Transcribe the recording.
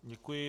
Děkuji.